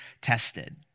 tested